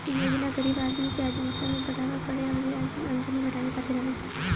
इ योजना गरीब आदमी के आजीविका में बढ़ावा करे अउरी आमदनी बढ़ावे खातिर हवे